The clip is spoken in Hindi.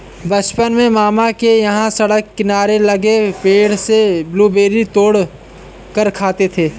बचपन में मामा के यहां सड़क किनारे लगे पेड़ से ब्लूबेरी तोड़ कर खाते थे